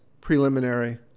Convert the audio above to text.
preliminary